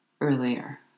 earlier